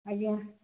ଆଜ୍ଞା